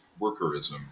workerism